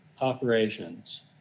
operations